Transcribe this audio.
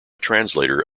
translator